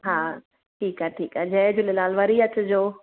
हा ठीकु आहे ठीकु आहे जय झूलेलाल वरी अचिजो